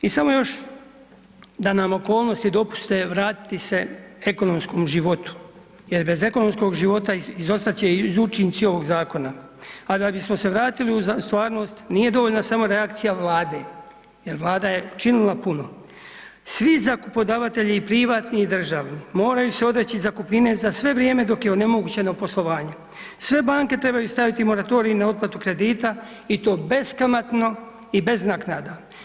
I samo još da nam okolnosti dopuste vratit se ekonomskom životu jer bez ekonomskog života izostat će i učinci ovog zakona, a da bismo se vratili u stvarnost, nije dovoljna samo reakcija Vlade jer Vlada je učinila puno. svi zakupodavatelji i privatni i državni, moraju se odreći zakupnine za sve vrijeme dok ne onemogućeno poslovanje, sve banke trebaju staviti moratorij na otplatu kredita i to beskamatno i bez naknada.